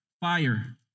fire